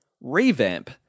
revamp